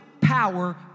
power